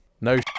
No